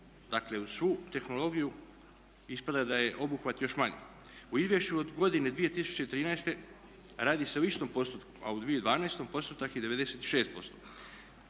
Dakle, uz svu tehnologiju ispada da je obuhvat još manji. U izvješću od godine 2013. radi se o istom postupku, a od 2012. postotak je 96%.